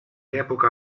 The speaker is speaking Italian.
epoca